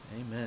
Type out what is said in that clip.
Amen